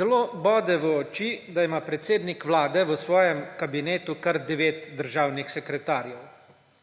Zelo bode v oči, da ima predsednik Vlade v svojem kabinetu kar devet državnih sekretarjev.